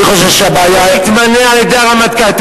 אני חושש שהבעיה, הוא מתמנה על-ידי הרמטכ"ל.